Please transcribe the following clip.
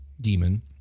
demon